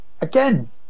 Again